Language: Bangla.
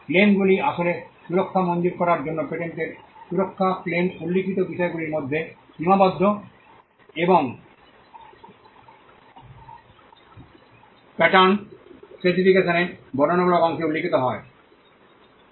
ক্লেমগুলি আসলে সুরক্ষা মঞ্জুর করার জন্য পেটেন্টের সুরক্ষা ক্লেম উল্লিখিত বিষয়গুলির মধ্যে সীমাবদ্ধ এবং প্যাটার্নের স্পেসিফিকেশনের বর্ণনামূলক অংশে উল্লিখিত নয়